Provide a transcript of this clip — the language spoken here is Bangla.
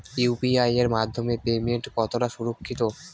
ইউ.পি.আই এর মাধ্যমে পেমেন্ট কতটা সুরক্ষিত?